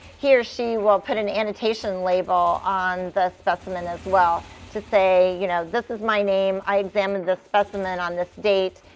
he or she will put an annotation label on the specimen as well to say, you know this is my name, i examined this specimen on this date,